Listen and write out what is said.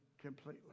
completely